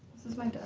this is my dad.